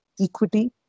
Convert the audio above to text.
equity